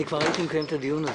הייתי מקיים את הדיון הזה,